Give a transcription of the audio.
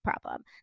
problem